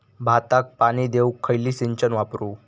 भाताक पाणी देऊक खयली सिंचन वापरू?